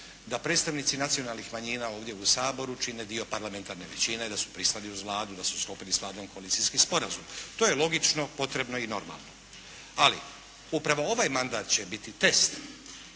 da predstavnici nacionalnih manjina ovdje u Saboru čine dio parlamentarne većine i da su pristali uz Vladu, da su sklopili sa Vladom koalicijski sporazum. To je logično, potrebno i normalno. Ali upravo ovaj mandat će biti test